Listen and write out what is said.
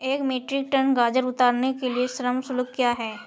एक metric ton गाजर उतारने के लिए श्रम शुल्क क्या है?